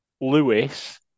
Lewis